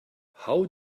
how